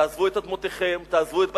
תעזבו את אדמותיכם, תעזבו את בתיכם,